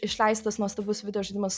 išleistas nuostabus videožaidimas